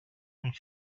and